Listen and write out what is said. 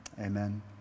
Amen